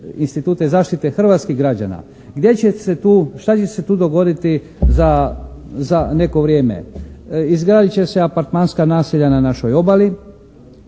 institute zaštite hrvatskih građana gdje će se tu, šta će se tu dogoditi za neko vrijeme. Izgradit će se apartmanska naselja na našoj obali,